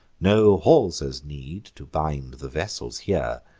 no haulsers need to bind the vessels here,